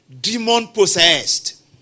demon-possessed